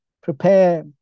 Prepare